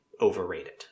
overrated